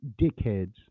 dickheads